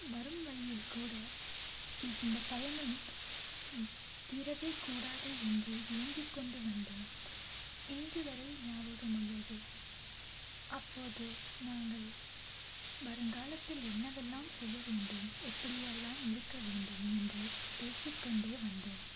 வரும் வழியில் கூட இந்த பயணம் தீரவேக்கூடாது என்று ஏங்கிக்கொண்டு வந்தோம் இன்றுவரை ஞாபகம் உள்ளது அப்போது நாங்கள் வருங்காலத்தில் என்னவெல்லாம் செய்யவேண்டும் எப்படியெல்லாம் இருக்க வேண்டும் என்று பேசிக்கொண்டே வந்தோம்